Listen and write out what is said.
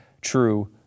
true